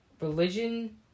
religion